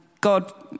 God